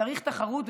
צריך תחרות,